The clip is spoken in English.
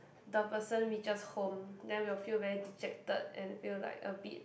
the person reaches home then will feel very dejected and feel like a bit